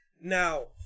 now